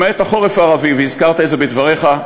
למעט "החורף הערבי" והזכרת את זה בדבריך,